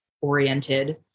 oriented